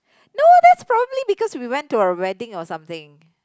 no that's probably because we went to our wedding or something